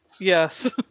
Yes